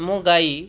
ମୋ ଗାଈ